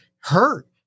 hurt